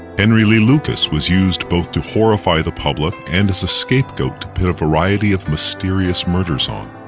henry lee lucas was used both to horrify the public and as a scapegoat to pin a variety of mysterious murders on.